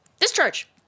Discharge